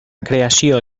creació